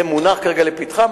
זה מונח כרגע לפתחם,